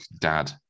dad